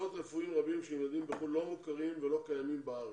מקצועות רפואיים רבים שנלמדים בחוץ לארץ לא מוכרים ולא קיימים בארץ,